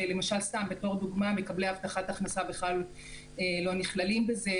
בתור דוגמה: מקבלי הבטחת הכנסת לא נכללים בזה,